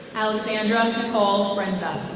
alexandra nicole brenza.